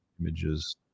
Images